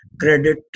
Credit